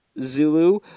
Zulu